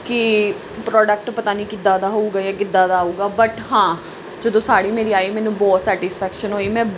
ਕਿ ਪ੍ਰੋਡਕਟ ਪਤਾ ਨਹੀਂ ਕਿੱਦਾਂ ਦਾ ਹੋਊਗਾ ਜਾਂ ਕਿੱਦਾਂ ਦਾ ਆਊਗਾ ਬਟ ਹਾਂ ਜਦੋਂ ਸਾੜੀ ਮੇਰੀ ਆਈ ਮੈਨੂੰ ਬਹੁਤ ਸੈਟੀਸਫੈਕਸ਼ਨ ਹੋਈ ਮੈਂ